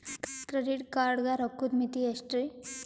Credit card ಗ ರೋಕ್ಕದ್ ಮಿತಿ ಎಷ್ಟ್ರಿ?